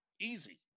Easy